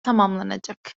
tamamlanacak